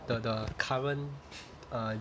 the the current err